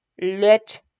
let